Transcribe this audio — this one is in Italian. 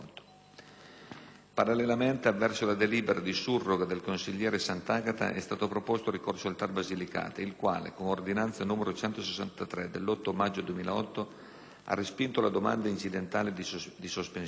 Parallelamente, avverso la delibera di surroga del consigliere Santagata, è stato proposto ricorso al TAR Basilicata il quale, con ordinanza n. 163 dell'8 maggio 2008, ha respinto la domanda incidentale di sospensione.